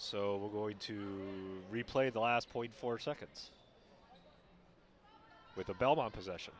so we're going to replay the last point four seconds with a belt on possession